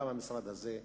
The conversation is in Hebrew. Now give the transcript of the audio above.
גם המשרד הזה,